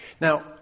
Now